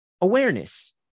awareness